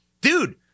dude